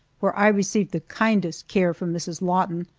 where i received the kindest care from mrs. lawton.